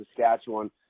Saskatchewan